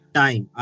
time